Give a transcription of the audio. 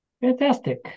Fantastic